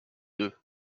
deux